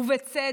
ובצדק.